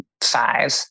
five